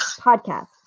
podcast